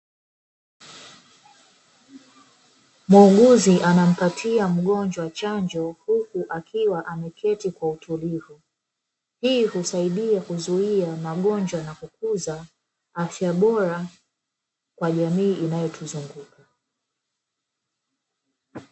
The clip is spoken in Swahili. Muuguzi anampatia mgonjwa chanjo huku akiwa ameketi kwa utulivu, hii husaidia kuzuia magonjwa na kukuza afya bora, kwa jamii inayotuzunguka.